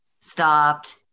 stopped